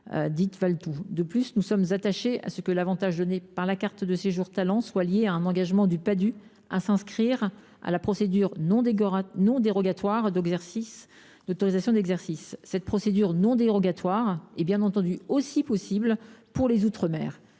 dite Valletoux. De plus, nous sommes attachés à ce que l’avantage donné par la carte de séjour « talent » soit lié à l’engagement du Padhue à s’inscrire à la procédure non dérogatoire d’autorisation d’exercice. Cette procédure non dérogatoire est bien entendu aussi possible pour les outre mer.